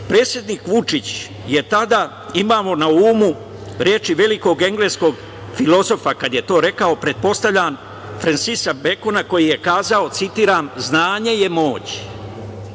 Predsednik Vučić je tada imao na umu reči velikog engleskog filozofa kad je to rekao, pretpostavljam Frensisa Bekona, koji je kazao, citiram: „Znanje je moć.